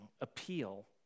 appeal